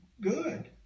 good